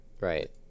Right